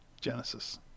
Genesis